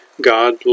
God